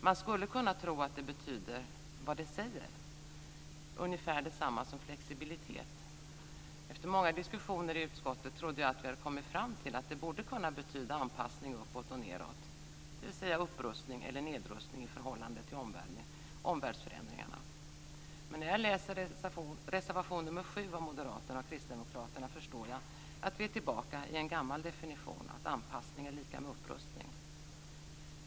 Man skulle kunna tro att det betyder vad det säger, ungefär detsamma som flexibilitet. Efter många diskussioner i utskottet trodde jag att vi hade kommit fram till att det borde kunna betyda anpassning uppåt och nedåt, dvs. upprustning eller nedrustning i förhållande till omvärldsförändringarna, men när jag läser reservation nr 7 av moderaterna och kristdemokraterna förstår jag att vi är tillbaka vid en gammal definition, att anpassning är lika med upprustning.